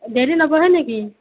daily নবহে নেকি